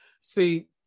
See